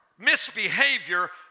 misbehavior